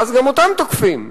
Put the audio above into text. ואז גם אותם תוקפים,